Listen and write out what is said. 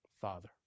father